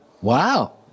Wow